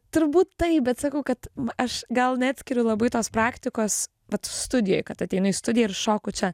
turbūt taip bet sakau kad aš gal neatskiriu labai tos praktikos vat studijoj kad ateinu į studiją ir šoku čia